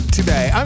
Today